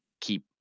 keep